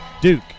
Duke